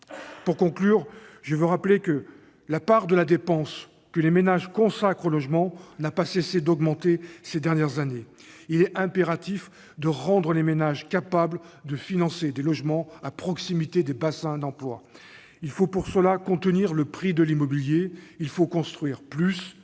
Pour conclure, je veux rappeler que la part de la dépense que les ménages consacrent au logement n'a pas cessé d'augmenter ces dernières années : il est impératif de rendre les ménages capables de financer des logements à proximité des bassins d'emploi. Il faut pour cela contenir le prix de l'immobilier ; il faut construire plus